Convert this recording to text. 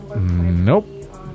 Nope